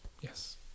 Yes